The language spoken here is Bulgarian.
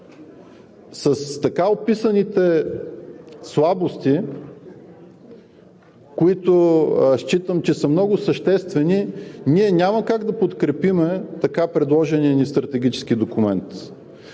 С така описаните слабости, които считам, че са много съществени, ние няма как да подкрепим така предложения ни стратегически документ.